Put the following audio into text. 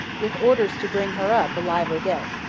with orders to bring her up, alive or dead.